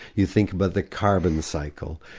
you think about the carbon cycle,